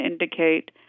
indicate